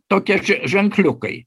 tokie že ženkliukai